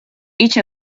each